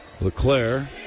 LeClaire